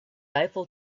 eiffel